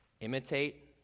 Imitate